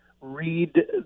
read